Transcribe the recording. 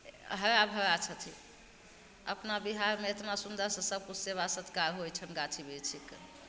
हरा भरा छथिन अपना बिहारमे एतना सुन्दरसे सब सेवा सत्कार होइ छनि गाछी बिरछीके